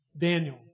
Daniel